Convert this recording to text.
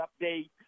update